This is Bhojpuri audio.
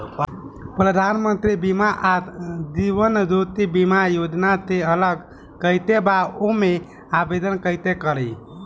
प्रधानमंत्री सुरक्षा बीमा आ जीवन ज्योति बीमा योजना से अलग कईसे बा ओमे आवदेन कईसे करी?